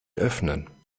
öffnen